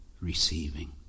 Receiving